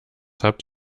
habt